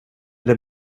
det